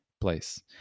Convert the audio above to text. place